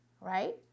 right